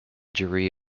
jury